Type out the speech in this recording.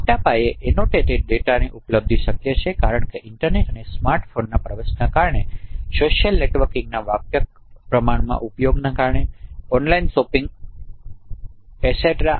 મોટા પાયે એનોટેટેડ ડેટાની ઉપલબ્ધતા શક્ય છે કારણ કે ઇન્ટરનેટ અને સ્માર્ટફોનના પ્રવેશને કારણે સોશિયલ નેટવર્કિંગના વ્યાપક પ્રમાણમાં ઉપયોગ ના કારણે ઑનલાઇન શોપિંગ એસેટેરાetc